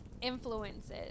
influences